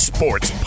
Sports